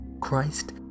Christ